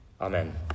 Amen